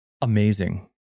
Amazing